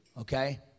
okay